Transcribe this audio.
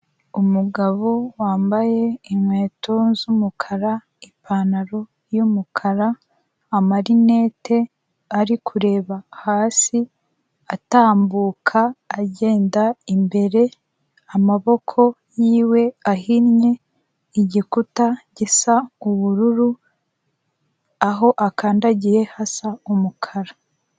Umugabo wambaye inkweto z'umukara, ipantaro y'umukara, amalinete ari kreba hasi, atambuka agenda imbere, amaboko yiwe ahinnye, igikuta gisa ubururu aho akandagiye hasa umukara.